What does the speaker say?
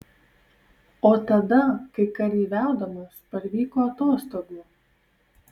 o tada kai kareiviaudamas parvyko atostogų